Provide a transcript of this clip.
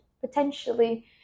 potentially